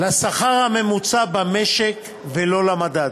לשכר הממוצע במשק ולא למדד.